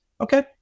Okay